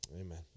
Amen